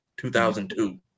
2002